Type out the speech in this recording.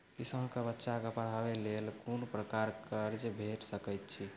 किसानक बाल बच्चाक पढ़वाक लेल कून प्रकारक कर्ज भेट सकैत अछि?